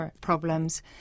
problems